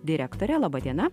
direktorė laba diena